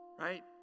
right